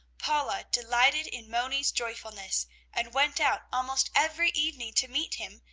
paula delighted in moni's joyfulness and went out almost every evening to meet him,